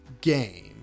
game